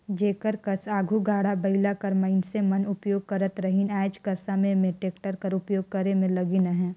जेकर कस आघु गाड़ा बइला कर मइनसे मन उपियोग करत रहिन आएज कर समे में टेक्टर कर उपियोग करे में लगिन अहें